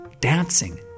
dancing